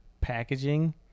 packaging